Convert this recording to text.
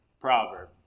proverb